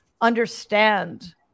understand